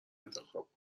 انتخاب